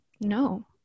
no